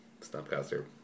snapcaster